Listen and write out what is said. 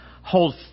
hold